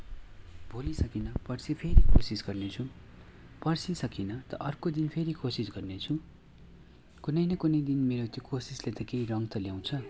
भोलि सकिनँ पर्सी फेरि कोसिस गर्नेछु पर्सी सकिनँ त अर्को दिन फेरि कोसिस गर्नेछु कुनै न कुनै दिन मेरो त्यो कोसिसले त केही रङ त ल्याउँछ